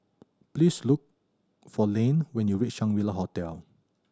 please look for Layne when you reach Shangri La Hotel